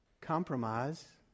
compromise